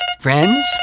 Friends